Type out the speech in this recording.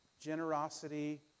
Generosity